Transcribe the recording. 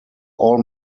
all